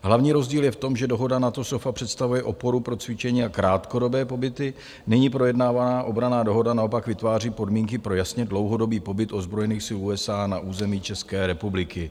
Hlavní rozdíl je v tom, že dohoda NATO SOFA představuje oporu pro cvičení a krátkodobé pobyty, není projednávána obranná dohoda, naopak vytváří podmínky pro jasně dlouhodobý pobyt ozbrojených sil USA na území České republiky.